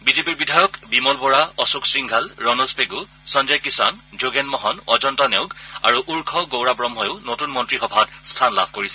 বিজেপিৰ বিধায়ক বিমল বৰা অশোক সিংঘাল ৰনোজ পেণ্ড সঞ্জয় কিষাণ যোগেন মহন অজন্তা নেওঁগ আৰু উৰ্খাও গৌৰা ব্ৰহ্মাইও নতুন মন্ত্ৰীসভাত স্থান লাভ কৰিছে